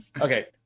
Okay